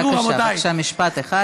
בבקשה, משפט אחד.